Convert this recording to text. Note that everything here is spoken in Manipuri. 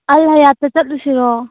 ꯑꯜ ꯍꯌꯥꯠꯇ ꯆꯠꯂꯨꯁꯤꯔꯣ